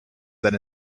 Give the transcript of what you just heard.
that